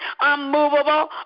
unmovable